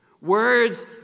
Words